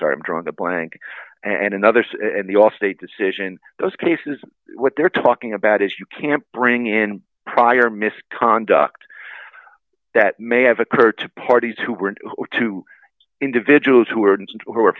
sorry i'm drawing a blank and in others and the allstate decision those cases what they're talking about is you can't bring in prior misconduct that may have occurred to parties who weren't or two individuals who are who are